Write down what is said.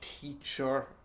teacher